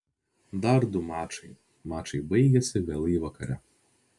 dar du mačai mačai baigėsi vėlai vakare